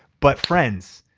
but friends,